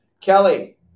Kelly